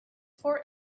for